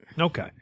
Okay